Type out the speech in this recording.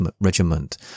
regiment